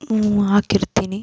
ಹ್ಞೂ ಹಾಕಿರ್ತೀನಿ